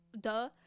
duh